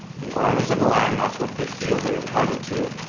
the owners of the land, that's what they feel they're entitled to.